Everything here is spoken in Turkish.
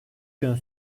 gün